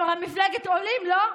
הם הרי מפלגת עולים, לא?